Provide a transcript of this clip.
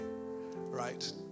right